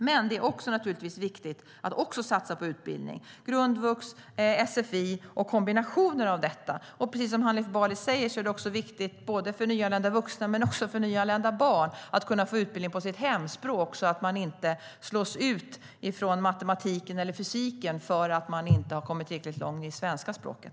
Men det är också viktigt att satsa på utbildning såsom grundvux, sfi och kombinationer av det. Precis som Hanif Bali säger är det viktigt för både nyanlända vuxna och nyanlända barn att kunna få utbildning på sitt hemspråk så att de inte slås ut från matematiken eller fysiken för att de inte har kommit tillräckligt långt i svenska språket.